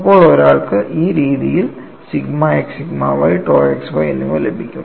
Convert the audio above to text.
അപ്പോൾ ഒരാൾക്ക് ഈ രീതിയിൽ sigma x sigma ytau xy എന്നിവ ലഭിക്കും